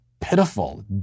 pitiful